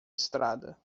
estrada